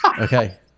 Okay